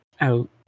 out